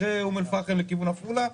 אחרי אום אל פחם לכיוון עפולה,